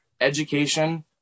education